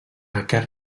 aquest